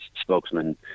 spokesman